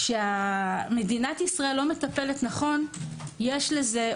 כשמדינת ישראל לא מטפלת נכון מבחינת